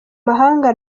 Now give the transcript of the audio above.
mahanga